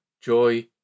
joy